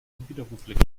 unwiderruflich